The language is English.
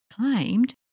claimed